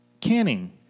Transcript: canning